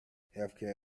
healthcare